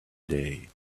day